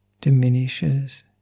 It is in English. diminishes